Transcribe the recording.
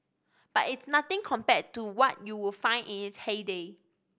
but it's nothing compared to what you would find in its heyday